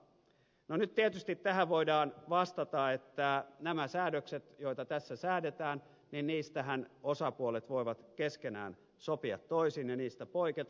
no nyt tietysti tähän voidaan vastata että näistä säädöksistä joita tässä säädetään osapuolet voivat keskenään sopia toisin ja niistä poiketa